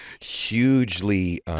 hugely